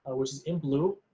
which is in blue,